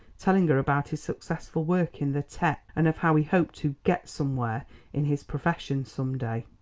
telling her about his successful work in the tech, and of how he hoped to get somewhere in his profession some day.